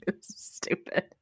stupid